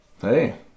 Hey